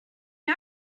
you